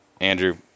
Andrew